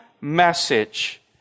message